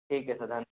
ठीक है सर